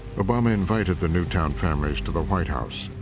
obama invited the newtown families to the white house.